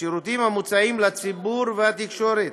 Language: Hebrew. השירותים המוצעים לציבור והתקשורת